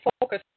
focus